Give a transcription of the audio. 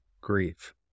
grief